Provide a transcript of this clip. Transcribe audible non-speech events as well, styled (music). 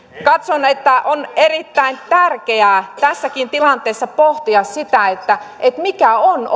katson että on erittäin tärkeää tässäkin tilanteessa pohtia sitä mikä on (unintelligible)